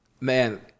man